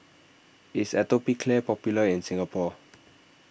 is Atopiclair popular in Singapore